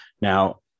Now